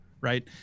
right